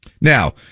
Now